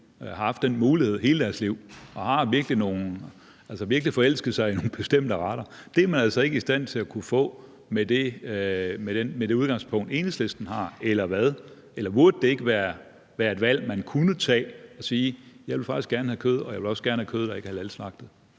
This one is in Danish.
har haft den mulighed hele deres liv og virkelig har forelsket sig i nogle bestemte retter. Det er man altså ikke i stand til at kunne få med det udgangspunkt, Enhedslisten har, eller hvad? Eller burde det ikke være et valg, man kunne tage og sige: Jeg vil faktisk gerne have kød, og jeg vil også gerne have kød, der ikke er halalslagtet?